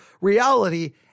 reality